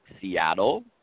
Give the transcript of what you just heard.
Seattle